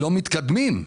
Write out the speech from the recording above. לא מתקדמים.